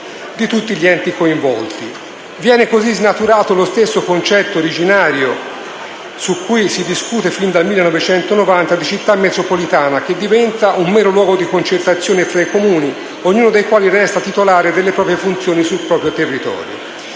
di tutti gli enti coinvolti. Viene così snaturato lo stesso concetto originario, sui cui si discute fin dal 1990, di Città metropolitana, che diventa un mero luogo di concertazione fra i Comuni, ognuno dei quali resta titolare delle proprie funzioni sul proprio territorio.